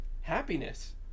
happiness